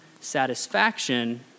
satisfaction